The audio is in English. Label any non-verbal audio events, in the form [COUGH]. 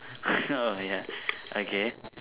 [NOISE] oh ya okay